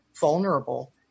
vulnerable